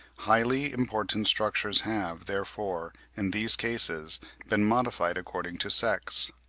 highly important structures have, therefore, in these cases been modified according to sex.